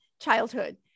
childhood